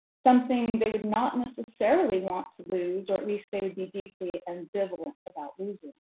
something they would not necessarily want to lose, or at least they would be deeply ambivalent about losing.